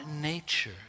nature